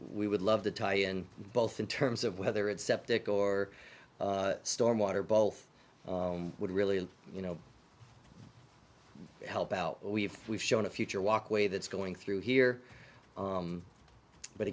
we would love to tie in both in terms of whether it's septic or storm water both would really you know help out we've we've shown a future walkway that's going through here